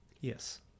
Yes